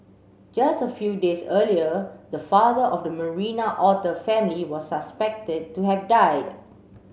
just a few days earlier the father of the Marina otter family was suspected to have died